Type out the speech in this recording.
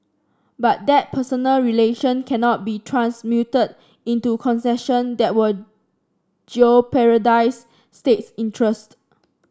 but that personal relation cannot be transmuted into concession that will jeopardise states interest